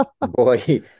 Boy